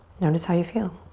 notice how you feel.